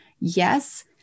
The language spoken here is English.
yes